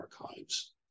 Archives